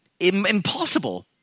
impossible